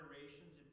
generations